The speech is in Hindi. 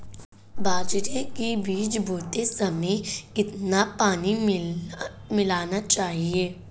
बाजरे के बीज बोते समय कितना पानी मिलाना चाहिए?